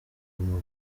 guma